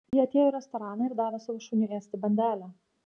ji atėjo į restoraną ir davė savo šuniui ėsti bandelę